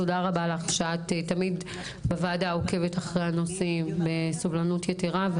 תודה רבה לך שאת תמיד בוועדה עוקבת אחרי הנושאים בסובלנות יתרה.